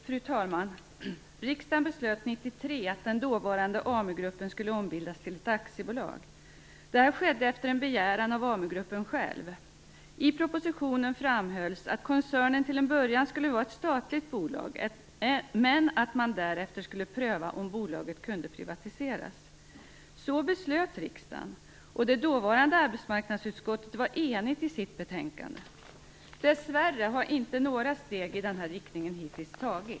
Fru talman! Riksdagen beslöt 1993 att den dåvarande Amu-gruppen skulle ombildas till ett aktiebolag. Det skedde på Amu-gruppens egen begäran. I propositionen framhölls att koncernen till en början skulle vara ett statligt bolag, men att man därefter skulle pröva om bolaget kunde privatiseras. Så beslöt riksdagen, och det dåvarande arbetsmarknadsutskottet var enigt i sitt betänkande. Dessvärre har inte några steg i denna riktning hittills tagits.